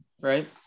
right